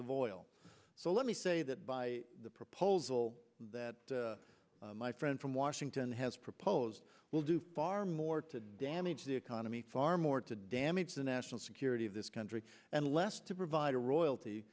of oil so let me say that by the proposal that my friend from washington has proposed will do far more to damage the economy far more to damage the national security of this country and less to provide a royalty